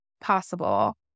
possible